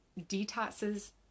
detoxes